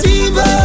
evil